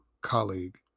colleague